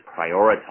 prioritize